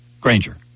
Granger